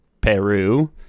peru